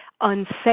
unsafe